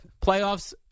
Playoffs